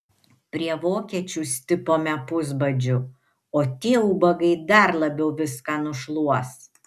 prie vokiečių stipome pusbadžiu o tie ubagai dar labiau viską nušluos